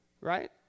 Right